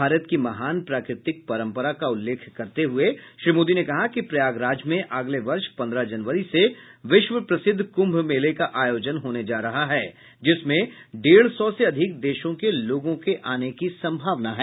भारत की महान प्राकृतिक परंपरा का उल्लेख करते हुए श्री मोदी ने कहा कि प्रयागराज में अगले वर्ष पंद्रह जनवरी से विश्व प्रसिद्ध कुंभ मेले का आयोजन होने जा रहा है जिसमें डेढ़ सौ से अधिक देशों के लोगों के आने की संभावना है